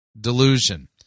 delusion